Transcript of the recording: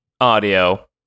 audio